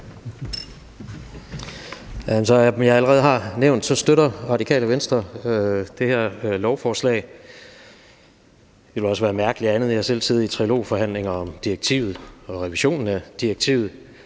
jeg allerede har nævnt, støtter Radikale Venstre det her lovforslag. Det ville også være mærkeligt andet. Jeg har selv siddet i trilogforhandlinger om direktivet og revisionen af direktivet